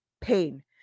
pain